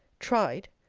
tried!